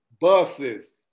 buses